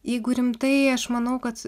jeigu rimtai aš manau kad